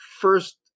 first